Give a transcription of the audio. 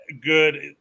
good